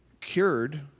cured